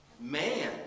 Man